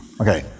Okay